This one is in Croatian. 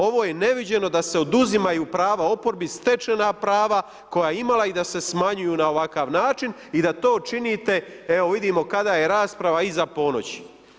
Ovo je neviđeno da se oduzimaju prava oporbi stečena prava koja je imala i da se smanjuju na ovakav način i da to činite, evo vidimo, kada je rasprava iza ponoći.